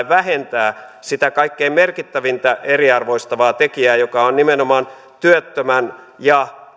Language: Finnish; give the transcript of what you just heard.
vähentää sitä ehkä kaikkein merkittävintä eriarvoistavaa tekijää joka on nimenomaan työttömän ja